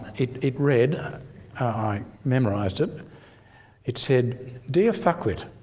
it it read i memorised it it said dear fuckwit